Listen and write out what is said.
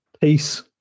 Peace